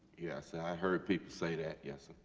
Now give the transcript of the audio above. yes, i heard people say that, yes.